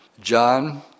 John